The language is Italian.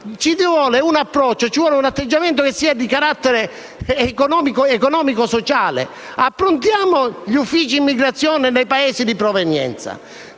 molto pietosa. Ci vuole un atteggiamento che sia di carattere economico-sociale. Approntiamo uffici immigrazione nei Paesi di provenienza.